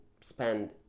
spend